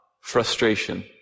frustration